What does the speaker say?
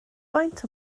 faint